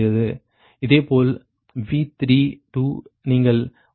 இதேபோல் V3 நீங்கள் 1